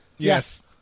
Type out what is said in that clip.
Yes